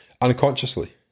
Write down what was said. unconsciously